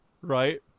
right